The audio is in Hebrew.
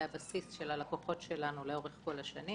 זה הבסיס של הלקוחות שלנו לאורך כל השנים.